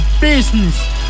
business